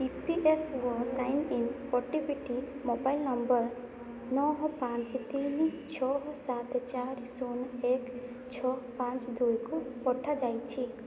ଇ P F ଓ sign in ଓଟିପିଟି mobile number ନଅ ପାଞ୍ଚ ତିନି ଛଅ ସାତ ଚାରି ଶୂନ ଏକ ଛଅ ପାଞ୍ଚ ଦୁଇକୁ ପଠାଯାଇଛି